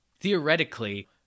theoretically